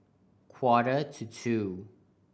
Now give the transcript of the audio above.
quarter to two